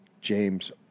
James